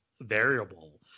variable